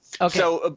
okay